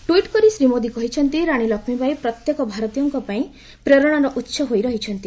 tweet କରି ଶ୍ରୀ ମୋଦି କହିଛନ୍ତି ରାଣୀ ଲକ୍ଷ୍ମୀବାଇ ପ୍ରତ୍ୟେକ ଭାରତୀୟଙ୍କ ପାଇଁ ପ୍ରେରଣାର ଉତ୍ସ ହୋଇ ରହିଛନ୍ତି